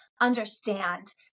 understand